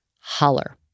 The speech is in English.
Holler